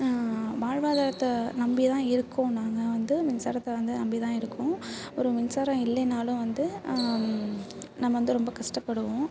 வாழ்வாதாரத்தை நம்பி தான் இருக்கோம் நாங்கள் வந்து மின்சாரத்தை வந்து நம்பி தான் இருக்கோம் ஒரு மின்சாரம் இல்லைனாலும் வந்து நம்ம வந்து ரொம்ப கஷ்டப்படுவோம்